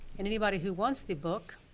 and anybody who wants the book,